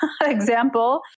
example